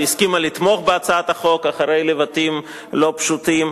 שהסכימה לתמוך בהצעת החוק אחרי לבטים לא פשוטים,